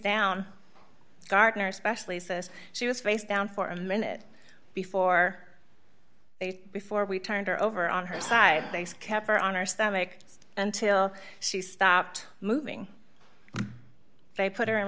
down gardner especially says she was face down for a minute before before we turned her over on her side they kept her on her stomach and till she stopped moving they put her in